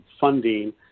funding